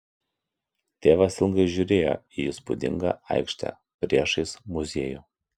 tėvas ilgai žiūrėjo į įspūdingą aikštę priešais muziejų